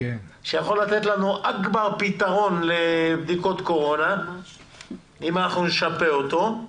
שיכול לתת לנו "אכבר" פתרון לבדיקות קורונה אם אנחנו נשפה אותו.